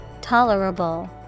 Tolerable